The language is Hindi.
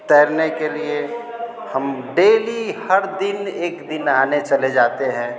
तैरने के लिए हम डेली हर दिन एक दिन नहाने चले जाते हैं